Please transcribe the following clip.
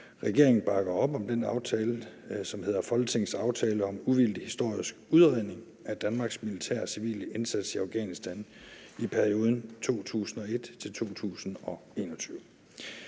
Regeringen bakker op om den aftale, som hedder »Aftale om uvildig historisk udredning af Danmarks militære og civile indsats i Afghanistan i perioden 2001-2021«.